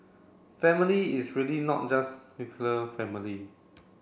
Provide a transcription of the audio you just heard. family is really not just nuclear family